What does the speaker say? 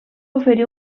oferir